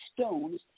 stones